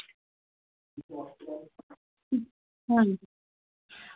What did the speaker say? হুম হুম